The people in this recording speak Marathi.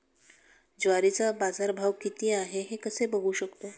ज्वारीचा बाजारभाव किती आहे कसे बघू शकतो?